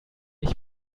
ich